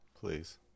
Please